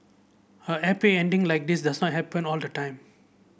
a happy ending like this does not happen all the time